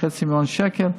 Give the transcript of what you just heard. חצי מיליון שקל,